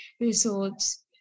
results